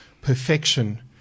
perfection